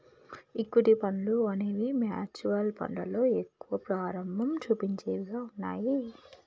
equity ఫండ్లు అనేవి mutual ఫండ్లలో ఎక్కువ ప్రభావం చుపించేవిగా ఉన్నయ్యి